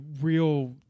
real